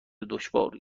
دشوار